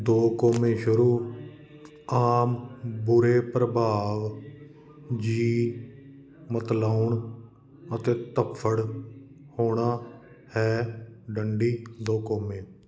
ਦੋ ਕੌਮੇ ਸ਼ੁਰੂ ਆਮ ਬੁਰੇ ਪ੍ਰਭਾਵ ਜੀਅ ਮਤਲਾਉਣ ਅਤੇ ਧੱਫੜ ਹੋਣਾ ਹੈ ਡੰਡੀ ਦੋ ਕੌਮੇ